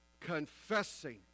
confessing